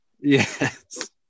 Yes